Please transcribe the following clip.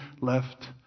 left